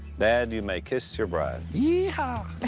dad, you may kiss your bride. yee ha!